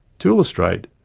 to illustrate,